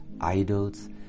idols